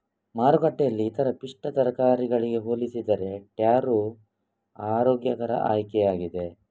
ಮಾರುಕಟ್ಟೆಯಲ್ಲಿ ಇತರ ಪಿಷ್ಟ ತರಕಾರಿಗಳಿಗೆ ಹೋಲಿಸಿದರೆ ಟ್ಯಾರೋ ಆರೋಗ್ಯಕರ ಆಯ್ಕೆಯಾಗಿದೆ